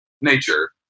nature